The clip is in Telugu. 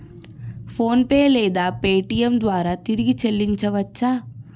ఫోన్పే లేదా పేటీఏం ద్వారా తిరిగి చల్లించవచ్చ?